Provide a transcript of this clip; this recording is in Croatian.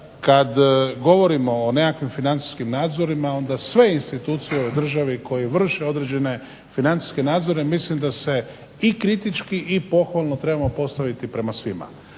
kada govorimo o nekakvim financijskim nadzorima onda sve institucije u državi koje vrše određene financijske nadzore mislim da se i kritički i pohvalno trebamo postaviti prema svima,